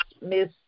Miss